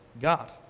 God